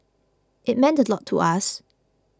it meant a lot to us